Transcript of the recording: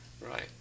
right